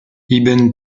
ibn